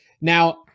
Now